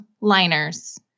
liners